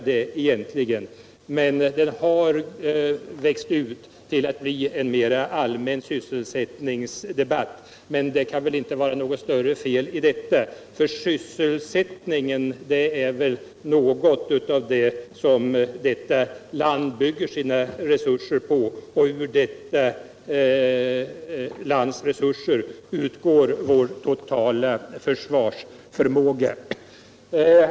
Debatten har växt ut till att bli en mer allmän sysselsättningsdebatt, men det kan inte vara något större fel i detta. Sysselsättningen är väl något av det som detta land bygger sina resurser på, och ur detta lands resurser utgår vår totala försvarsförmåga.